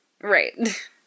Right